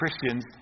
Christians